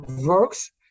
works